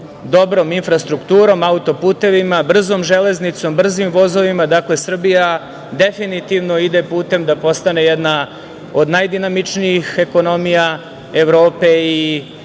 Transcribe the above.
dobrom infrastrukturom, autoputevima, brzom železnicom, brzim vozovima. Dakle, Srbija definitivno ide putem da postane jedna od najdinamičnijih ekonomija Evrope i